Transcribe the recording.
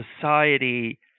society